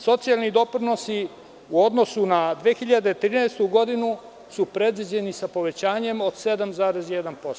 Socijalni doprinosi u odnosu na 2013. godinu su predviđeni sa povećanjem od 7,1%